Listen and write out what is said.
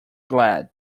glad